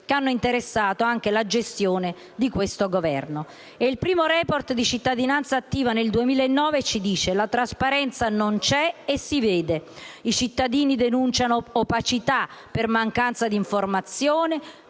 che hanno interessato anche la gestione di questo Governo. Il primo *report* di Cittadinanzattiva sui dati 2009 ci dice che la trasparenza non c'è, e si vede; che i cittadini denunciano situazioni di opacità per mancanza di informazioni